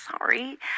sorry